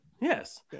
Yes